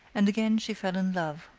and again she fell in love.